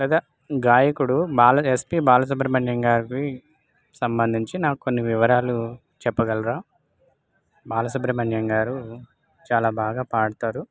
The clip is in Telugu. కథా గాయకుడు బాల ఎస్పి బాలసుబ్రమణ్యం గారికి సంబంధించి నాకు కొన్ని వివరాలు చెప్పగలరా బాలసుబ్రమణ్యం గారు చాలా బాగా పాడతారు